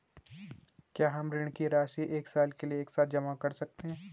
क्या हम ऋण की राशि एक साल के लिए एक साथ जमा कर सकते हैं?